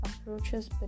approaches